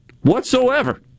whatsoever